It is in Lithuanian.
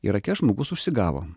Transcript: irake žmogus užsigavo